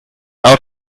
out